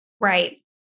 Right